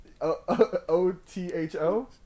O-T-H-O